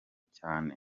cyane